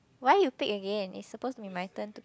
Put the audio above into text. why you pick again it's supposed to be my turn to